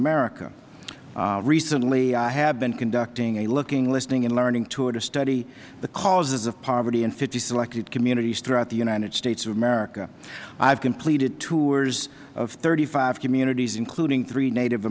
america recently i have been conducting a looking listening and learning tour to study the causes of poverty in fifty selected communities throughout the united states of america i have completed tours of thirty five communities including three native